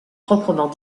proprement